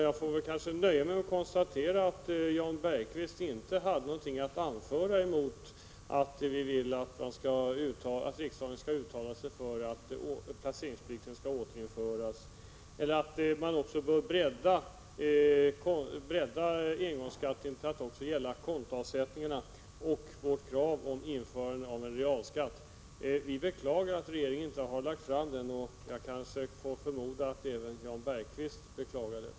Jag får nöja mig med att konstatera att Jan Bergqvist inte hade något att anföra mot våra önskemål att riksdagen skall uttala sig för att placeringsplikten skall återinföras eller att man bör bredda engångsskatten till att också gälla kontoavsättningarna, liksom för kravet på införande av en realränteskatt. Vi beklagar att regeringen inte har lagt fram förslaget om införande av en sådan, och jag förmodar att även Jan Bergqvist beklagar detta.